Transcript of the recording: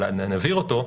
אולי נבהיר אותו,